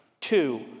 Two